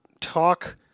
talk